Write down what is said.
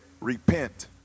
repent